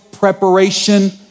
Preparation